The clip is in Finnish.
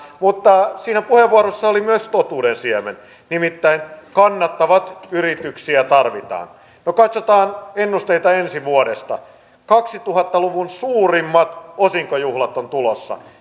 mutta siinä puheenvuorossa oli myös totuuden siemen nimittäin kannattavia yrityksiä tarvitaan no katsotaan ennusteita ensi vuodesta kaksituhatta luvun suurimmat osinkojuhlat ovat tulossa